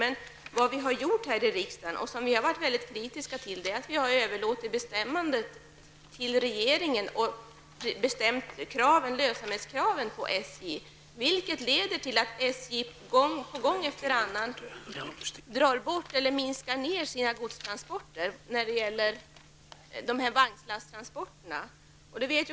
Men vad man har gjort i riksdagen, och som vi har varit mycket kritiska till, är att man har överlåtit till regeringen att bestämma SJs lönsamhetskrav. Detta leder till att SJ gång på gång minskar sina godstransporter när det gäller vagnslasttransporterna.